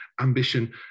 ambition